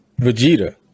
Vegeta